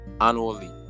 annually